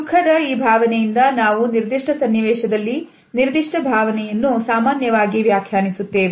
ದುಃಖದ ಈ ಭಾವನೆಯಿಂದ ನಾವು ನಿರ್ದಿಷ್ಟ ಸನ್ನಿವೇಶದಲ್ಲಿ ನಿರ್ದಿಷ್ಟ ಭಾವನೆಯನ್ನು ಸಾಮಾನ್ಯವಾಗಿ ವ್ಯಾಖ್ಯಾನಿಸುತ್ತೇವೆ